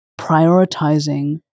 prioritizing